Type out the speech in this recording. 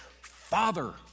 Father